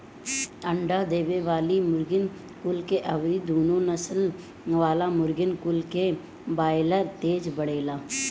अंडा देवे वाली मुर्गीन कुल से अउरी दुनु नसल वाला मुर्गिन कुल से बायलर तेज बढ़ेला